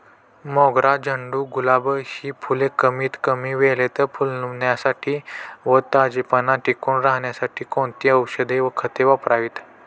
मोगरा, झेंडू, गुलाब हि फूले कमीत कमी वेळेत फुलण्यासाठी व ताजेपणा टिकून राहण्यासाठी कोणती औषधे व खते वापरावीत?